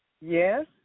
Yes